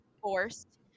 forced